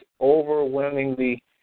overwhelmingly